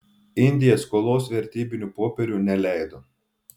indija skolos vertybinių popierių neleido